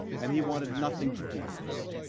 and he wanted nothing to do with this.